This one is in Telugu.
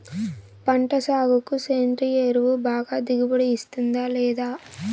పంట సాగుకు సేంద్రియ ఎరువు బాగా దిగుబడి ఇస్తుందా లేదా